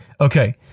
Okay